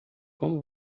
como